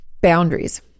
Boundaries